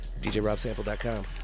djrobsample.com